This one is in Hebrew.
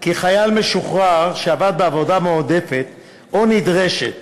כי חייל משוחרר שעבד בעבודה מועדפת או נדרשת